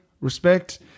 Respect